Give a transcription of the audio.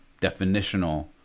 definitional